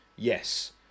Yes